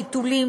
טיטולים,